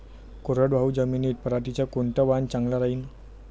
कोरडवाहू जमीनीत पऱ्हाटीचं कोनतं वान चांगलं रायीन?